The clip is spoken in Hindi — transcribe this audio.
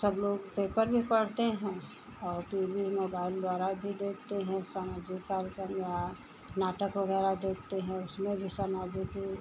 सब लोग पेपर भी पढ़ते हैं और टी वी मोबाइल द्वारा भी देखते हैं सामाजिक कार्यक्रम या नाटक वग़ैरह देखते हैं उसमें भी सामाजिक